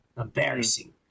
embarrassing